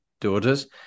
daughters